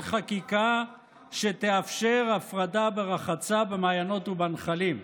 חקיקה שתאפשר הפרדה ברחצה במעיינות ובנחלים.